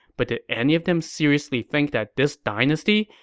but did any of them seriously think that this dynasty,